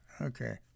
Okay